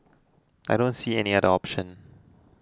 I don't see any other option